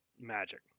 magic